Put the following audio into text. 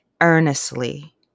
Earnestly